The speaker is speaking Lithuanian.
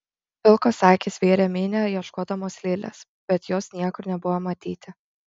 pilkos akys vėrė minią ieškodamos lilės bet jos niekur nebuvo matyti